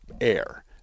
air